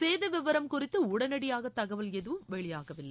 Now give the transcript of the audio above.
சேத விவரம் குறித்து உடனடியாக தகவல் எதுவும் வெளியாக வில்லை